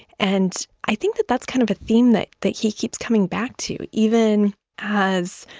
and i think that that's kind of a theme that that he keeps coming back to even as,